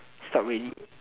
start already